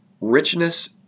richness